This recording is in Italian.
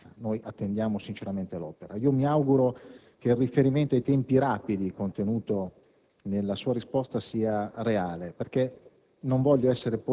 prive di sicurezza. Noi attendiamo sinceramente l'opera. Mi auguro che il riferimento ai tempi rapidi contenuto nella sua risposta sia reale perché